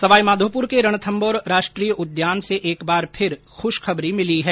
सवाई माधोपुर के रणथम्भौर राष्ट्रीय उद्यान से एक बार फिर खुशखबरी मिली है